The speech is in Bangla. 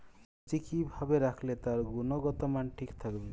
সবজি কি ভাবে রাখলে তার গুনগতমান ঠিক থাকবে?